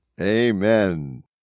Amen